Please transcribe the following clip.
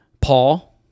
Paul